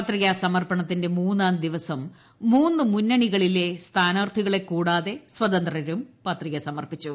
പത്രികാ സമർപ്പണത്തിന്റെ മൂന്നാം ദിവസം മൂന്ന് മുന്നണികളിലെ സ്ഥാനാർത്ഥികളെ കൂടാതെ സ്വതന്ത്രും പത്രിക സമർപ്പിച്ചു